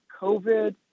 COVID